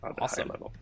Awesome